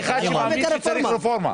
אני אחד שמאמין שצריך רפורמה,